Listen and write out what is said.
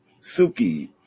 suki